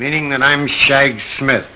meaning that i'm shag smith